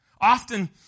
Often